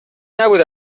نبود